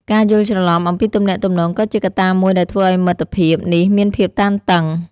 ការយល់ច្រឡំអំពីទំនាក់ទំនងក៏ជាកត្តាមួយដែលធ្វើឲ្យមិត្តភាពនេះមានភាពតានតឹង។